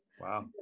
Wow